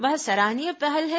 वह सराहनीय पहल है